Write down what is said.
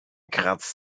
kratzt